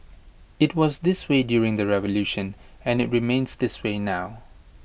IT was this way during the revolution and IT remains this way now